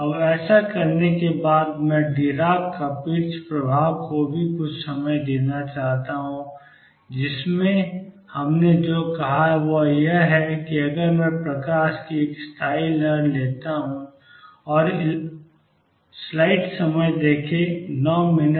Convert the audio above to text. अब ऐसा करने के बाद मैं डिराक कपिट्ज़ प्रभाव को भी कुछ समय देना चाहता हूं जिसमें हमने जो कहा वह यह है कि अगर मैं प्रकाश की एक स्थायी लहर लेता हूं